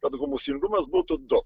kad humusingumas būtų du